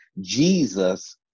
Jesus